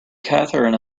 katherine